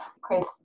Chris